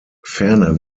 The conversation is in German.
ferner